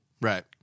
Right